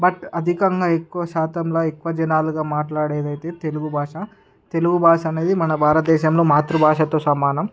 but అధికంగా ఎక్కువ శాతంలో ఎక్కువ జనాలుగా మాట్లాడేదైతే తెలుగు భాష తెలుగు భాషనేది మన భారతదేశంలో మాతృభాషతో సమానం